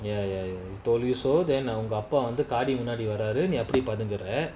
ya ya ya you told you so then அப்பாவந்துகாடிமுன்னாடிவராருநீஅப்டிபதுங்குற:appa vandhu kaadi munnadi vararu nee apdi padhungura